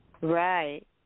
Right